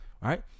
right